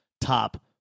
top